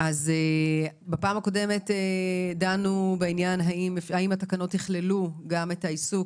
בפעם הקודמת דנו האם התקנות יכללו גם את העיסוק,